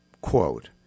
Quote